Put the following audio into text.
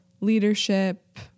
leadership